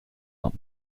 not